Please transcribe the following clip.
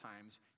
times